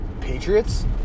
Patriots